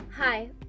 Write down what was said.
Hi